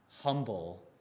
humble